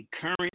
current